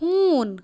ہوٗن